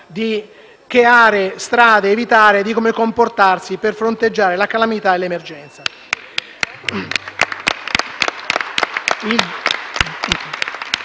di che aree o strade evitare e di come comportarsi per fronteggiare la calamità e l'emergenza.